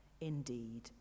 Indeed